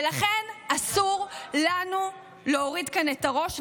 ולכן אסור לנו להוריד כאן את הראש,